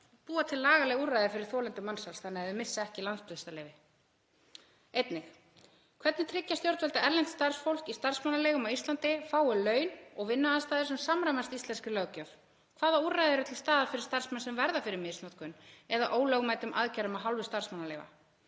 búa til lagaleg úrræði fyrir þolendur mansals þannig að þau missi ekki landvistarleyfi? Einnig: Hvernig tryggja stjórnvöld að erlent starfsfólk í starfsmannaleigum á Íslandi fái laun og vinnuaðstæður sem samræmast íslenskri löggjöf? Hvaða úrræði eru til staðar fyrir starfsmenn sem verða fyrir misnotkun eða ólögmætum aðgerðum af hálfu starfsmannaleiga?